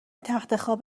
تختخواب